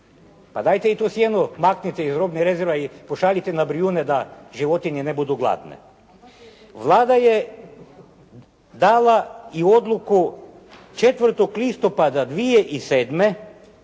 Pa dajte i to sjeno maknite iz robnih rezerva i pošaljite na Brijune da životinje ne budu gladne. Vlada je dala i odluku 4. listopada 2007.